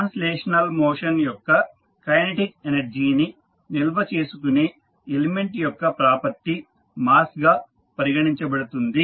translational motion యొక్క kinetic energy ని నిల్వ చేసుకునే ఎలిమెంట్ యొక్క ప్రాపర్టీ మాస్ గా పరిగణించబడుతుంది